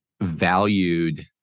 valued